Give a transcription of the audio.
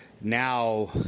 now